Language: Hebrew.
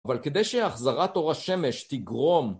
אבל כדי שהחזרת אור השמש תגרום